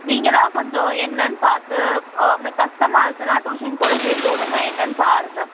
நீங்கள் தான் கொஞ்சம் என்னென் பார்த்து அவனுக்கு கஷ்டமா இருக்குதுனா டூஷன் கூட சேர்த்துவுடுங்க என்னென் பாருங்க